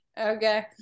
Okay